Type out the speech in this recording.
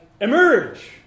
emerge